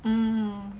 hmm